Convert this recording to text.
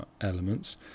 elements